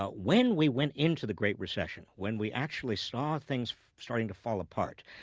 ah when we went into the great recession, when we actually saw things starting to fall apart,